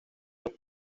dos